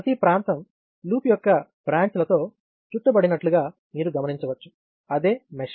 ప్రతి ప్రాంతం లూప్ యొక్క బ్రాంచ్ లతో చుట్టుబడినట్లు మీరు గమనించవచ్చు అదే మెష్